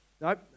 Nope